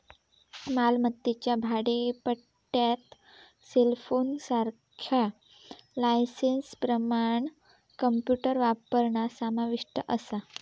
मालमत्तेच्या भाडेपट्ट्यात सेलफोनसारख्या लायसेंसप्रमाण कॉम्प्युटर वापरणा समाविष्ट असा